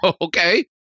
okay